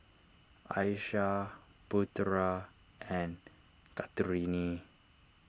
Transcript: Aishah Putra and Kartini